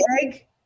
egg